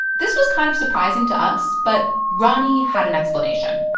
this was kind of surprising to us, but roni had an explanation.